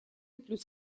плюс